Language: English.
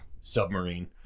submarine